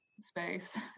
space